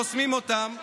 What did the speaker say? חוסמים אותם,